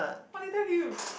what did you tell him